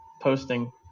posting